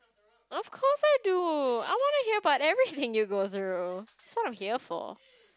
of course I do I wanna hear about everything you go through that's what I'm here for